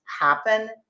happen